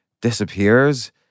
disappears